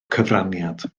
cyfraniad